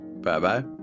Bye-bye